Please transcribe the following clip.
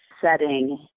setting